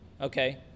okay